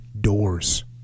doors